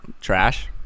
trash